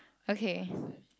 okay